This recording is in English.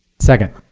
second.